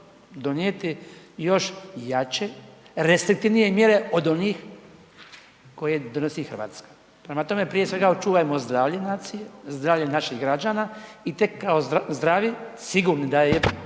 donijeti još jače, restriktivnije mjere od onih koje donosi RH. Prema tome, prije svega očuvajmo zdravlje nacije, zdravlje naših građana i tek kao zdravi, sigurni da je na